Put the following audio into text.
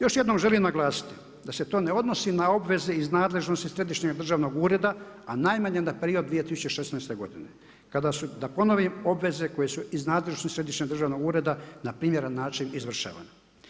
Još jednom želim naglasiti da se to ne odnosi na obveze iz nadležnosti središnjeg državnog ureda a najmanje na period 2016. godine kada su, da ponovim, obveze koje su iz nadležnosti središnjeg državnog ureda, na primjeran način izvršavane.